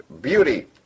beauty